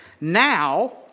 Now